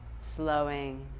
slowing